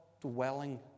dwelling